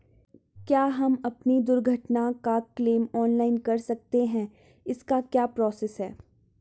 क्या हम अपनी दुर्घटना का क्लेम ऑनलाइन कर सकते हैं इसकी क्या प्रोसेस है?